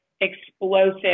explosive